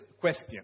question